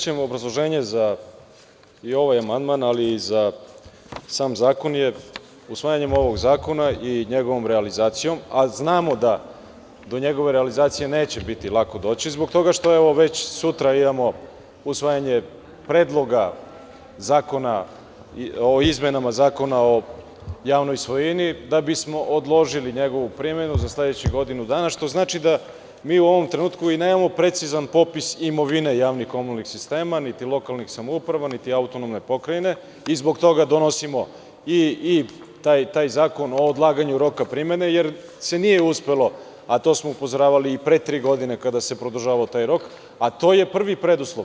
U najkraćem, obrazloženje i za ovaj amandman, ali i za sam zakon je da usvajanjem ovog zakona i njegovom realizacijom, a znamo da do njegove realizacije neće biti lako doći zbog toga što već sutra imamo usvajanje Predloga zakona o izmenama Zakona o javnoj svojini, da bismo odložili njegovu primenu za sledećih godinu dana, što znači da mi u ovom trenutku i nemamo precizan popis imovine javnih komunalnih sistema, niti lokalnih samouprava, niti AP i zbog toga donosimo i taj zakon o odlaganju roka primene, jer se nije uspelo, a to smo upozoravali i pre tri godine, kada se produžavao taj rok, a to je prvi preduslov.